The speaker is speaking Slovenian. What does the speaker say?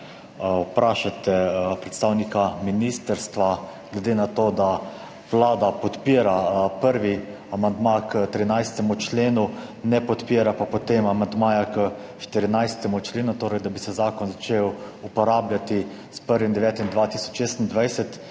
vprašate predstavnika ministrstva, glede na to, da Vlada podpira prvi amandma k 13. členu, ne podpira pa potem amandmaja k 14. členu, da bi se zakon začel uporabljati s 1. 9. 2026,